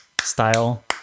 style